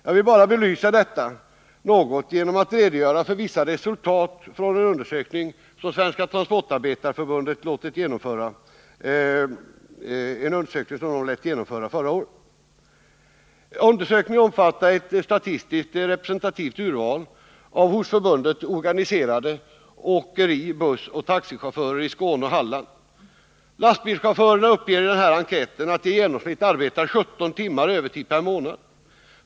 Jag vill belysa detta något genom att redovisa vissa resultat från en undersökning som Svenska transportarbetareförbundet låtit genomföra förra året. Undersökningen omfattar ett statistiskt representativt urval av hos förbundet organiserade åkeri-, bussoch taxichaufförer i Skåne och Halland. Lastbilschaufförerna uppger i enkäten att de i genomsnitt arbetar 17 timmar övertid per månad.